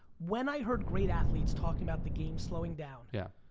when i heard great athletes talking about the game slowing down yeah.